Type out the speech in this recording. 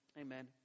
Amen